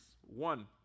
One